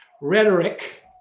rhetoric